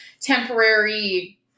temporary